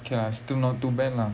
K lah still not too bad lah